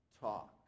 talk